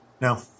No